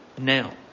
now